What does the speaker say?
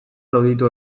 loditu